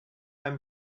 i’m